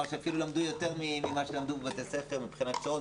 שאפילו למדו יותר ממה שלמדו בבתי הספר מבחינת שעות,